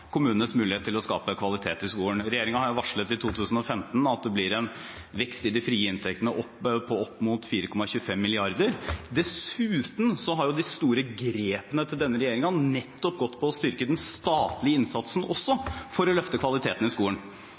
kommunenes mulighet til å skape kvalitet i skolen. Regjeringen har varslet at det i 2015 blir en vekst i de frie inntektene på opp mot 4,25 mrd. kr. Dessuten har de store grepene til denne regjeringen nettopp handlet om også å styrke den statlige innsatsen for å løfte kvaliteten i skolen,